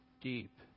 deep